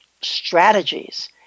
strategies